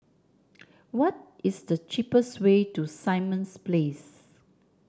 what is the cheapest way to Simon Place